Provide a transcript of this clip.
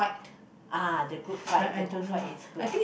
ah the Good Fight the Good Fight is good